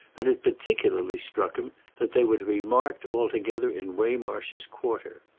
and it particularly struck him that they were to be marked altogether in waymarsh's quarter.